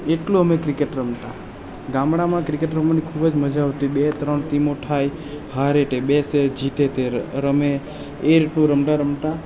એટલું અમે ક્રિકેટ રમતા ગામડામાં ક્રિકેટ રમવાની ખૂબ જ મજા આવતી બે ત્રણ ટીમો થાય હારે તે બેસે જીતે તે રમે એ રીતનું રમતા રમતા